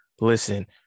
Listen